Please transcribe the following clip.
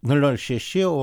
nol nol šeši o